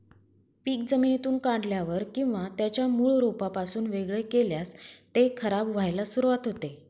पीक जमिनीतून काढल्यावर किंवा त्याच्या मूळ रोपापासून वेगळे केल्यास ते खराब व्हायला सुरुवात होते